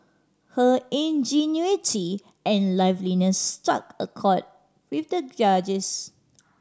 her ingenuity and liveliness struck a chord with the judges